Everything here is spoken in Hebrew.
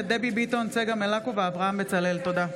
תודה.